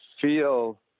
feel